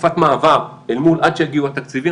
תקופת מעבר עד שיגיעו התקציבים,